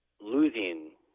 losing